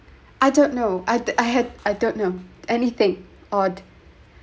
I don't know I I had I don't know anything odd